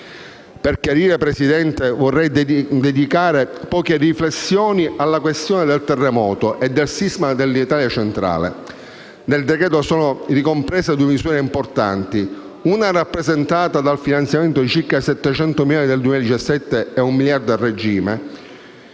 Per chiudere, Presidente, vorrei dedicare poche riflessioni alla questione del terremoto e del sisma nell'Italia Centrale. Nel decreto-legge sono ricomprese due misure importanti: una è rappresentata dal rifinanziamento per 700 milioni sul 2017 (e un miliardo a regime)